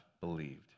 believed